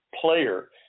player